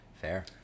Fair